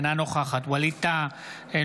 אינה נוכחת ווליד טאהא,